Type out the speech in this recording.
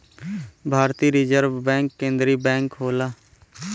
भारतीय reserve bank केन्द्रीय bank होला